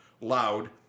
loud